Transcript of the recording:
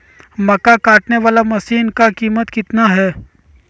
मक्का कटने बाला मसीन का कीमत कितना है?